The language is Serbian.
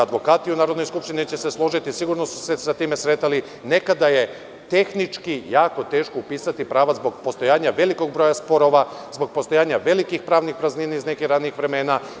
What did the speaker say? Advokati u Narodnoj skupštini neće se složiti, sigurno su se sa time sretali, nekada je tehnički jako teško upisati prava zbog postojanja velikog broja sporova, zbog postojanja velikih pravnih praznina iz nekih ranijih vremena.